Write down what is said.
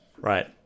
Right